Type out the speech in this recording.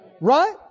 right